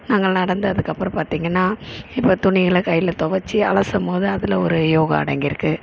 நாங்கள் நடந்ததுக்கு அப்புறம் பார்த்தீங்கன்னா இப்போ துணியெல்லாம் கையில் துவச்சி அலசும் போது அதில் ஒரு யோகா அடங்கியிருக்கு